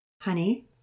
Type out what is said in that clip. Honey